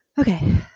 Okay